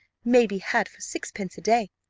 may be had for sixpence a day.